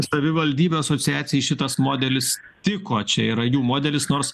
savivaldybių asociacijai šitas modelis tiko čia yra jų modelis nors